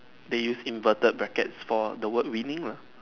they used inverted bracket for the word winning lah